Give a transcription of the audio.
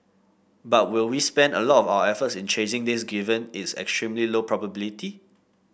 but will we spend a lot of our efforts in chasing this given its extremely low probability